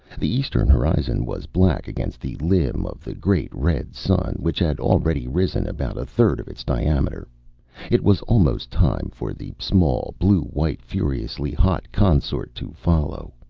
the eastern horizon was black against the limb of the great red sun, which had already risen about a third of its diameter it was almost time for the small, blue-white, furiously hot consort to follow.